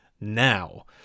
now